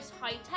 high-tech